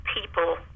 people